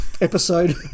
episode